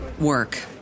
work